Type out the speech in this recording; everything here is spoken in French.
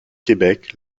québec